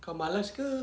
kau malas ke